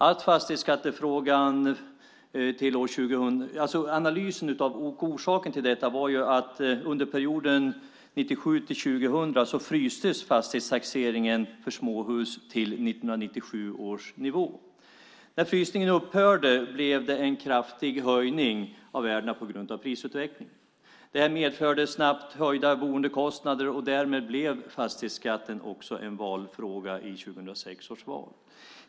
Analysen av och orsaken till detta var att under perioden 1997-2000 frystes fastighetstaxeringen för småhus till 1997 års nivå. När frysningen upphörde blev det en kraftig höjning av värdena på grund av prisutvecklingen. Det här medförde snabbt höjda boendekostnader, och därmed blev fastighetsskatten också en valfråga i 2006 års val.